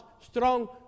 strong